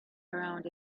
around